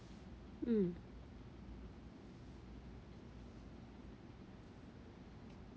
mm